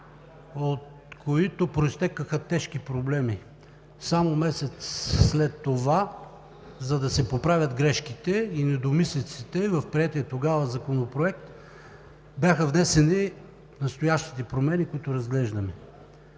от които произтекоха тежки проблеми. Само месец след това, за да се поправят грешките и недомислиците в приетия тогава Законопроект, бяха внесени настоящите промени, които разглеждаме.